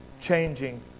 changing